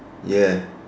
ya